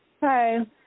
Hi